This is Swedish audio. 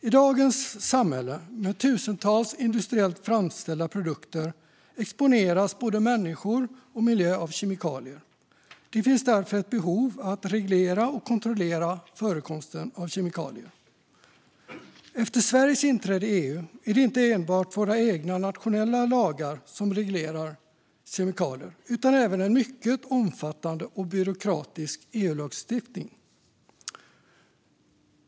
I dagens samhälle med tusentals industriellt framställda produkter exponeras både människor och miljö för kemikalier. Det finns därför ett behov av att reglera och kontrollera förekomsten av kemikalier. Efter Sveriges inträde i EU är det inte enbart våra egna nationella lagar som reglerar kemikalier utan även en mycket omfattande och byråkratisk EU-lagstiftning.